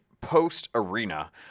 post-Arena